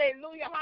hallelujah